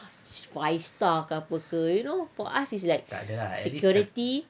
five star ke apa ke you know for us it's like security